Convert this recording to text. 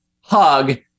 hug